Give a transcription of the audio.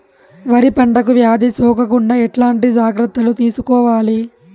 వరి పంటకు వ్యాధి సోకకుండా ఎట్లాంటి జాగ్రత్తలు తీసుకోవాలి?